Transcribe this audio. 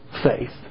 faith